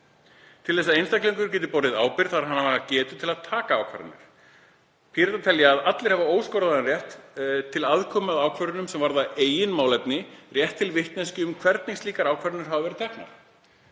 Til að einstaklingur geti borið ábyrgð þarf hann að hafa getu til að taka ákvarðanir. Píratar telja að allir hafi óskoraðan rétt til aðkomu að ákvörðunum sem varða eigin málefni, og rétt til vitneskju um það hvernig slíkar ákvarðanir hafi verið teknar.